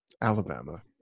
Alabama